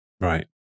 Right